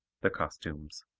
the costumes,